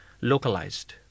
localized